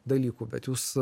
dalykų bet jūs